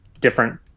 different